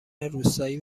روستایی